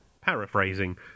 paraphrasing